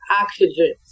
oxygen